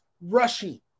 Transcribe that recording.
rushing